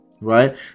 right